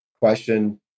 question